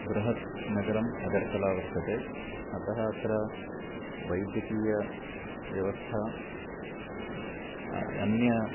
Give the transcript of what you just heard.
बृहत् नगरम् अगर्तला वर्तते अतः अत्र वैद्यकीयव्यवस्था अन्य